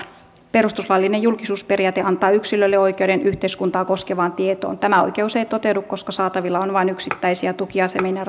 perustuslaillinen julkisuusperiaate antaa yksilölle oikeuden yhteiskuntaa koskevaan tietoon tämä oikeus ei toteudu koska saatavilla on vain yksittäisiä tukiasemien ja